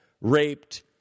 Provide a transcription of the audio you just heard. raped